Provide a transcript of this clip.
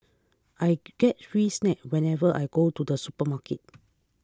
I get free snacks whenever I go to the supermarket